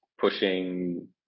pushing